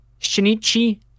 Shinichi